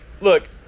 look